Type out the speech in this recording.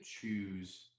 choose